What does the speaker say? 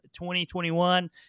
2021